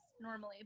normally